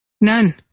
None